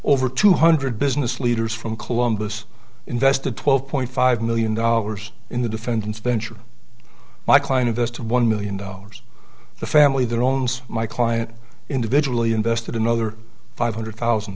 over two hundred business leaders from columbus invested twelve point five million dollars in the defendant's venture my client invest one million dollars the family that owns my client individually invested another five hundred thousand